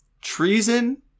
treason